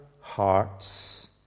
hearts